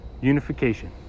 unification